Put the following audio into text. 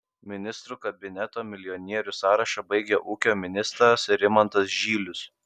ministrų kabineto milijonierių sąrašą baigia ūkio ministras rimantas žylius